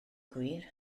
gwir